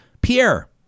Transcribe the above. Pierre